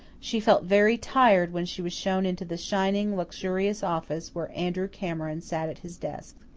she felt very tired when she was shown into the shining, luxurious office where andrew cameron sat at his desk.